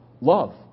Love